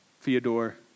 Fyodor